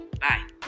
Bye